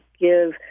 give